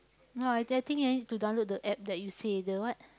ya I think I think I need to download the App that you say the what